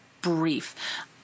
brief